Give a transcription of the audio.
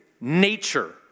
nature